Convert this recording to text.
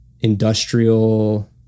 industrial